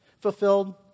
fulfilled